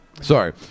sorry